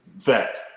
Fact